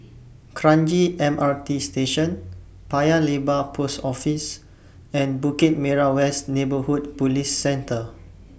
Kranji M R T Station Paya Lebar Post Office and Bukit Merah West Neighbourhood Police Centre